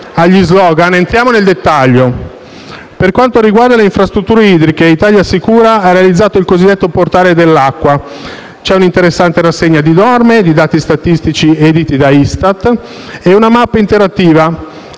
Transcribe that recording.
Per quanto riguarda le infrastrutture idriche, ItaliaSicura ha realizzato il cosiddetto portale dell'acqua; c'è un'interessante rassegna di norme e di dati statistici editi da Istat e una mappa interattiva,